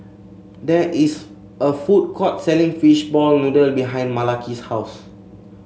there is a food court selling Fishball Noodle behind Malaki's house